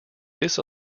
this